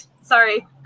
sorry